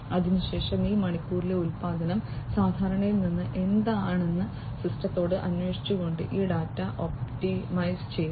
അതിനുശേഷം ഈ മണിക്കൂറിലെ ഉൽപ്പാദനം സാധാരണയിൽ നിന്ന് എന്താണെന്ന് സിസ്റ്റത്തോട് അന്വേഷിച്ചുകൊണ്ട് ഈ ഡാറ്റ ഒപ്റ്റിമൈസ് ചെയ്യുന്നു